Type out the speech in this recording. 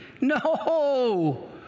No